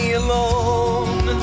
alone